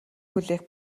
хүлээх